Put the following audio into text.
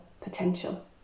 potential